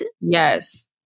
Yes